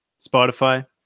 Spotify